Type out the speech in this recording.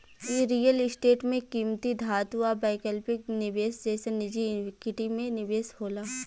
इ real estate में किमती धातु आ वैकल्पिक निवेश जइसन निजी इक्विटी में निवेश होला